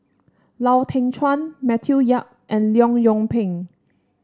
Lau Teng Chuan Matthew Yap and Leong Yoon Pin